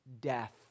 death